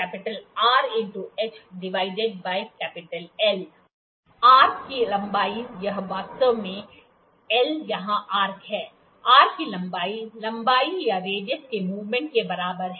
θ hL l आर्ककी लंबाई यह वास्तव में l एल यहां आर्क है आर्क की लंबाई लंबाई या रेडियस के मूवमेंट के बराबर है